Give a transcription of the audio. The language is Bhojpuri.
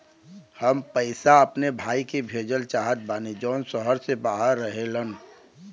हम पैसा अपने भाई के भेजल चाहत बानी जौन शहर से बाहर रहेलन